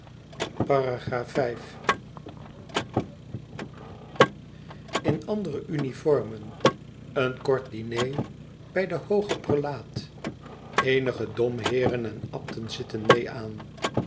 in andere uniformen een kort diner bij den hoogen prelaat eenige domheeren en abten zitten meê aan